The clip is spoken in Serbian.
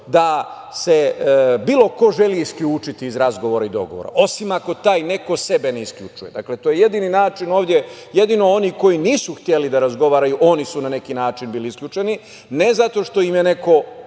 da se bilo ko želi isključiti iz razgovora i dogovora, osim ako taj neko sebe ne isključuje. Dakle, to je jedini način ovde, jedino oni koji nisu hteli da razgovaraju oni su na neki način bili isključeni, ne zato što im je neko